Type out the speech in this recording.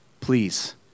Please